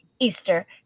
Easter